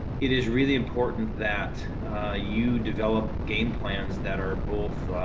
it is really important that you develop game plans that are both. a